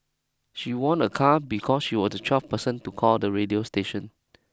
she won a car because she was the twelfth person to call the radio station